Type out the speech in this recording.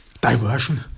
diversion